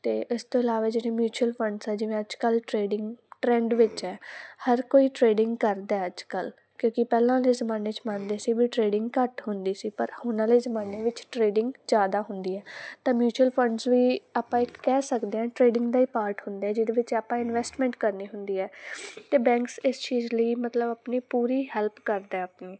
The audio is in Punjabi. ਅਤੇ ਇਸ ਤੋਂ ਇਲਾਵਾ ਜਿਹੜੀ ਮਿਊਚਲ ਫੰਡਸ ਆ ਜਿਵੇਂ ਅੱਜ ਕੱਲ੍ਹ ਟਰੇਡਿੰਗ ਟਰੈਂਡ ਵਿੱਚ ਹੈ ਹਰ ਕੋਈ ਟ੍ਰੇਡਿੰਗ ਕਰਦਾ ਅੱਜ ਕੱਲ੍ਹ ਕਿਉਂਕਿ ਪਹਿਲਾਂ ਦੇ ਜ਼ਮਾਨੇ 'ਚ ਮੰਨਦੇ ਸੀ ਵੀ ਟਰੇਡਿੰਗ ਘੱਟ ਹੁੰਦੀ ਸੀ ਪਰ ਹੁਣ ਵਾਲੇ ਜ਼ਮਾਨੇ ਵਿੱਚ ਟ੍ਰੇਡਿੰਗ ਜ਼ਿਆਦਾ ਹੁੰਦੀ ਹੈ ਤਾਂ ਮਿਊਚੁਅਲ ਫੰਡਸ ਵੀ ਆਪਾਂ ਇੱਕ ਕਹਿ ਸਕਦੇ ਹਾਂ ਟ੍ਰੇਡਿੰਗ ਦਾ ਹੀ ਪਾਰਟ ਹੁੰਦਾ ਜਿਹਦੇ ਵਿੱਚ ਆਪਾਂ ਇਨਵੈਸਟਮੈਂਟ ਕਰਨੀ ਹੁੰਦੀ ਹੈ ਅਤੇ ਬੈਂਕਸ ਇਸ ਚੀਜ਼ ਲਈ ਮਤਲਬ ਆਪਣੀ ਪੂਰੀ ਹੈਲਪ ਕਰਦਾ ਹੈ ਆਪਣੀ